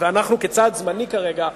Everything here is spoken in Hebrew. כצעד זמני כרגע,